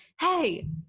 Hey